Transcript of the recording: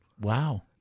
Wow